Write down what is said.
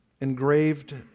engraved